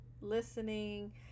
listening